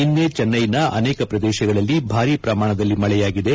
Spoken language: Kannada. ನಿನ್ನೆ ಚೆನ್ಟೆನ ಅನೇಕ ಪ್ರದೇಶಗಳಲ್ಲಿ ಭಾರೀ ಪ್ರಮಾಣದಲ್ಲಿ ಮಳೆಯಾಗಿದೆ